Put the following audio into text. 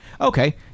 Okay